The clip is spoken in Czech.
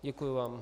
Děkuji vám.